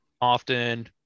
often